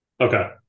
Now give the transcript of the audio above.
Okay